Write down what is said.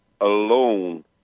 alone